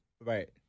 Right